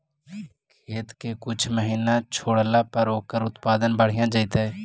खेत के कुछ महिना छोड़ला पर ओकर उत्पादन बढ़िया जैतइ?